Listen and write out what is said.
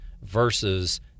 versus